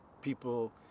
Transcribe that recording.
people